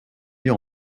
lieu